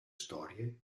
storie